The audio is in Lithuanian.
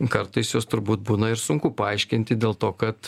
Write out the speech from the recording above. kartais juos turbūt būna ir sunku paaiškinti dėl to kad